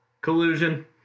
Collusion